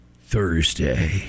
Thursday